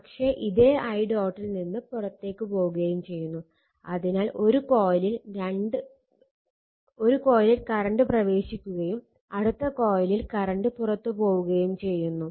പക്ഷെ ഇതേ i ഡോട്ടിൽ നിന്ന് പുറത്തു പോവുകയും ചെയ്യുന്നു